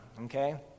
okay